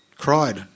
cried